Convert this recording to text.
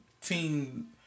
team